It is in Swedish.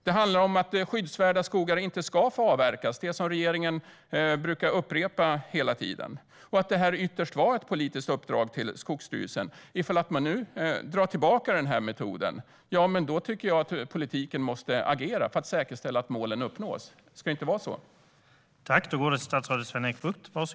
Det handlar om att skyddsvärda skogar inte ska få avverkas, som regeringen brukar upprepa hela tiden, och att det här ytterst var ett politiskt uppdrag till Skogsstyrelsen. Ifall man nu drar tillbaka den här metoden tycker jag att politiken måste agera för att säkerställa att målen uppnås. Ska det inte vara så?